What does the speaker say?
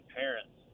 parents